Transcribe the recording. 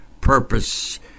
purpose